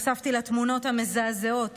נחשפתי לתמונות המזעזעות